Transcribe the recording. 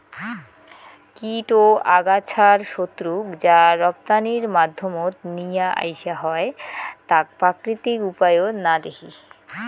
কীট ও আগাছার শত্রুক যা রপ্তানির মাধ্যমত নিয়া আইসা হয় তাক প্রাকৃতিক উপায়ত না দেখি